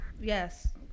yes